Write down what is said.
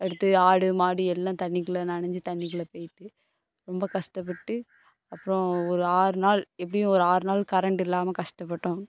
அடுத்து ஆடு மாடு எல்லாம் தண்ணிக்குள்ளே நனஞ்சு தண்ணிக்குள்ளே போய்விட்டு ரொம்ப கஷ்டப்பட்டு அப்புறம் ஒரு ஆறு நாள் எப்படியும் ஒரு ஆறு நாள் கரண்டு இல்லாமல் கஷ்டப்பட்டோம்